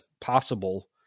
possible